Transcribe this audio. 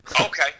Okay